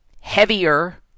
heavier